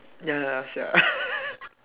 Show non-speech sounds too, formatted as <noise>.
ya sia <laughs>